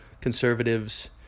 conservatives